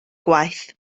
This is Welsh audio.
gwaith